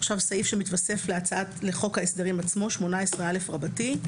עכשיו ישנו סעיף שמתווסף להצעת לחוק ההסדרים עצמו: 18א רבתי.